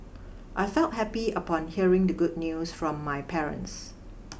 I felt happy upon hearing the good news from my parents